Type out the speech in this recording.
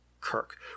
kirk